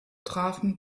trafen